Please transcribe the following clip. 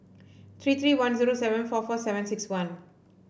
three three one zero seven four four seven six one